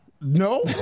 No